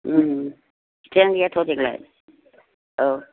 फिथाइआनो गैयाथ' देग्लाय औ